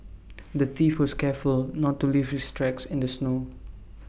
the thief was careful not to leave his tracks in the snow